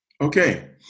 okay